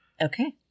Okay